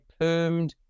permed